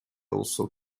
also